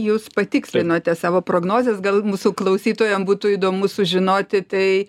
jūs patikslinote savo prognozes gal mūsų klausytojam būtų įdomu sužinoti tai